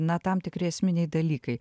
na tam tikri esminiai dalykai